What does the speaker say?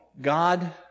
God